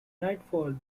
nightfall